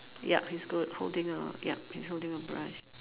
yup he's good holding a yup he's holding a brush